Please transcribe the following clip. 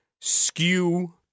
skew